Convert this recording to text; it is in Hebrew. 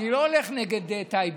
אני לא הולך נגד טייבי.